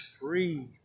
free